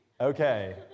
Okay